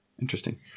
Interesting